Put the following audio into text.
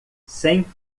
cem